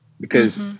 because-